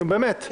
נו, באמת.